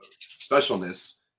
specialness